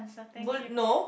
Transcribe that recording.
would no